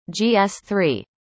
gs3